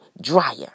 dryer